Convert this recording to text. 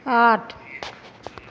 आठ